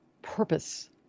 purpose